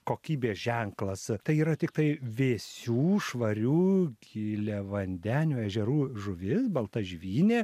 kokybės ženklas tai yra tiktai vėsių švarių giliavandenių ežerų žuvis baltažvynė